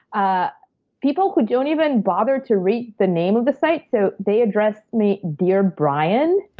ah people who don't even bother to read the name of the site. so, they address me, dear brian.